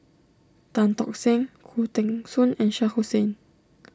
Tan Tock Seng Khoo Teng Soon and Shah Hussain